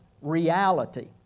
reality